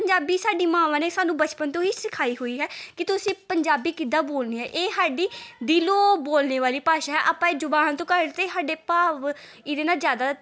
ਪੰਜਾਬੀ ਸਾਡੀ ਮਾਵਾਂ ਨੇ ਸਾਨੂੰ ਬਚਪਨ ਤੋਂ ਹੀ ਸਿਖਾਈ ਹੋਈ ਹੈ ਕਿ ਤੁਸੀਂ ਪੰਜਾਬੀ ਕਿੱਦਾਂ ਬੋਲਣੀ ਹੈ ਇਹ ਸਾਡੀ ਦਿਲੋਂ ਬੋਲਣ ਵਾਲੀ ਭਾਸ਼ਾ ਹੈ ਆਪਾਂ ਇਹ ਜੁਬਾਨ ਤੋਂ ਘਰ ਅਤੇ ਸਾਡੇ ਭਾਵ ਇਹਦੇ ਨਾਲ ਜ਼ਿਆਦਾ